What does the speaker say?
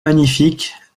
magnifique